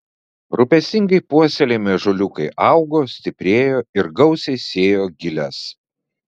rūpestingai puoselėjami ąžuoliukai augo stiprėjo ir gausiai sėjo giles